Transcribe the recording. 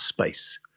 space